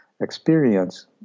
experience